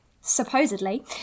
supposedly